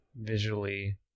visually